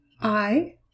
I